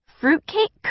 Fruitcake